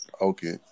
okay